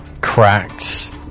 cracks